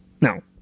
Now